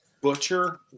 butcher